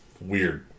weird